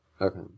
Okay